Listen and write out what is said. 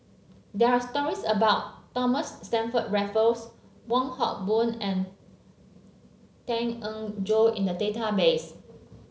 there are stories about Thomas Stamford Raffles Wong Hock Boon and Tan Eng Joo in the database